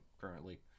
currently